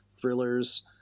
thrillers